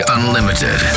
Unlimited